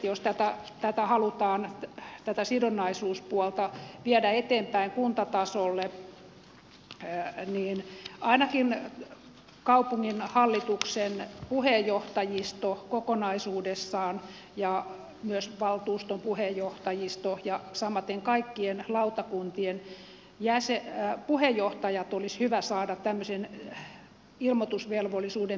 jos tätä sidonnaisuuspuolta halutaan viedä eteenpäin kuntatasolle niin ainakin kaupunginhallituksen puheenjohtajisto kokonaisuudessaan ja myös valtuuston puheenjohtajisto ja samaten kaikkien lautakuntien puheenjohtajat olisi hyvä saada tämmöisen ilmoitusvelvollisuuden piiriin